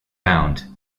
found